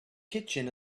kitchen